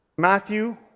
Matthew